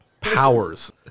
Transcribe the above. powers